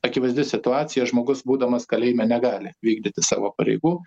akivaizdi situacija žmogus būdamas kalėjime negali vykdyti savo pareigų